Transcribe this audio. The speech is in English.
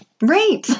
Right